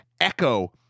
echo